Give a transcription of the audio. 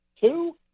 Two